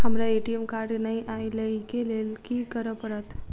हमरा ATM card नै अई लई केँ लेल की करऽ पड़त?